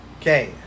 Okay